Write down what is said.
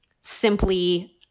simply